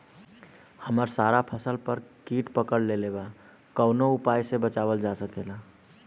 हमर सारा फसल पर कीट पकड़ लेले बा कवनो उपाय से बचावल जा सकेला?